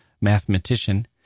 mathematician